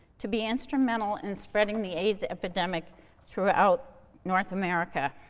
to be instrumental in spreading the aids epidemic throughout north america.